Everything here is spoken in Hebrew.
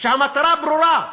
כשהמטרה ברורה,